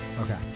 Okay